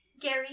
Gary